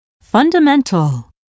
fundamental